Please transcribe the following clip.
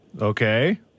okay